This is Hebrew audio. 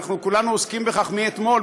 ואנחנו כולנו עוסקים בכך מאתמול,